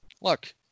Look